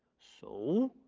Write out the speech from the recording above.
so